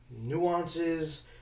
nuances